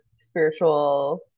spiritual